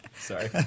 sorry